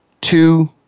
two